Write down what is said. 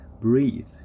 breathe